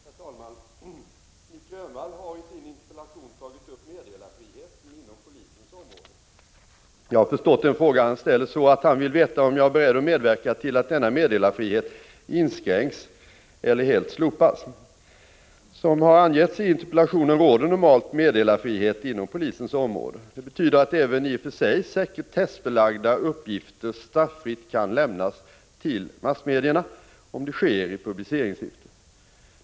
Herr talman! Nic Grönvall har i sin interpellation tagit upp meddelarfriheten inom polisens område. Jag har förstått den fråga han ställer så att han vill veta om jag är beredd att medverka till att denna meddelarfrihet inskränks eller helt slopas. Som har angetts i interpellationen råder normalt meddelarfrihet inom polisens område. Det betyder att även i och för sig sekretessbelagda uppgifter straffritt kan lämnas till massmedierna, om det sker i publiceringssyfte.